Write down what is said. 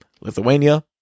Lithuania